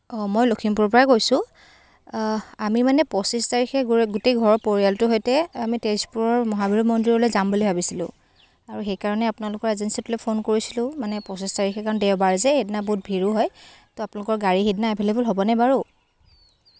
অ মই লখিমপুৰৰ পৰা কৈছোঁ আমি মানে পঁচিছ তাৰিখে গোটেই ঘৰৰ পৰিয়ালটোৰ সৈতে আমি তেজপুৰৰ মহাভৈৰৱ মন্দিৰলৈ যাম বুলি ভাৱিছিলোঁ আৰু সেইকাৰণে আপোনালোকৰ এজেঞ্চিটোলৈ ফোন কৰিছিলোঁ মানে পঁচিছ তাৰিখে কাৰণ দেওবাৰ যে সেইদিনা বহুত ভিৰো হয় তো আপোনালোকৰ গাড়ী সেইদিনা এভেলেবুল হ'বনে বাৰু